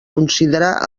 considerar